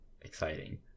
exciting